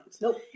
Nope